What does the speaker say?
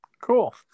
Cool